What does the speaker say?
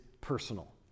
personal